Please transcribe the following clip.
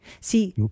See